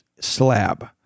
slab